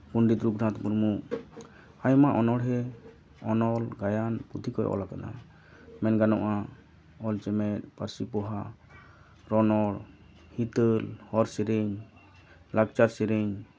ᱯᱚᱱᱰᱤᱛ ᱨᱚᱜᱷᱩᱱᱟᱛᱷ ᱢᱩᱨᱢᱩ ᱟᱭᱢᱟ ᱚᱱᱚᱲᱦᱮᱸ ᱚᱱᱚᱞ ᱜᱟᱭᱟᱱ ᱯᱩᱛᱷᱤ ᱠᱚᱭ ᱚᱞ ᱠᱟᱫᱟ ᱢᱮᱱ ᱜᱟᱱᱚᱜᱼᱟ ᱚᱞ ᱪᱮᱢᱮᱫ ᱯᱟᱹᱨᱥᱤ ᱯᱚᱦᱟ ᱨᱚᱱᱚᱲ ᱦᱤᱛᱟᱹᱞ ᱦᱚᱨ ᱥᱮᱨᱮᱧ ᱞᱟᱠᱪᱟᱨ ᱥᱮᱨᱮᱧ